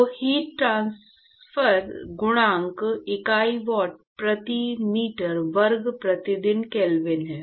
तो heat transfer गुणांक इकाई वाट प्रति मीटर वर्ग प्रति केल्विन है